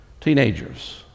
Teenagers